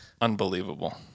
unbelievable